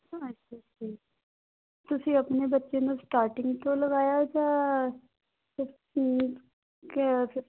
ਅੱਛਾ ਅੱਛਾ ਜੀ ਤੁਸੀਂ ਆਪਣੇ ਬੱਚੇ ਨੂੰ ਸਟਾਰਟਿੰਗ ਤੋਂ ਲਗਾਇਆ ਜਾਂ ਫਿਫਥ ਕੈ ਫਿਫਥ